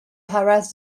harass